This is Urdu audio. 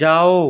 جاؤ